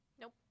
Nope